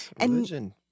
religion